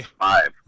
five